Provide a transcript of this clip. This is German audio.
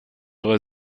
drei